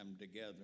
together